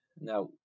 Now